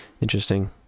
Interesting